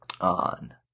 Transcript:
on